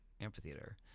Amphitheater